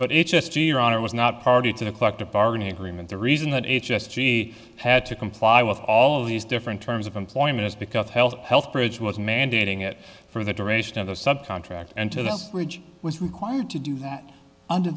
but it's just you your honor was not party to the collective bargaining agreement the reason that h s g had to comply with all these different terms of employment is because health health bridge was mandating it for the duration of the sub contract and to the bridge was required to do that under